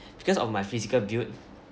because of my physical build